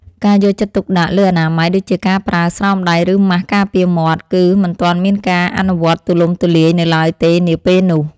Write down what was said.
ការយកចិត្តទុកដាក់លើអនាម័យដូចជាការប្រើស្រោមដៃឬម៉ាសការពារមាត់ គឺមិនទាន់មានការអនុវត្តទូលំទូលាយនៅឡើយទេនាពេលនោះ។